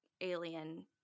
alien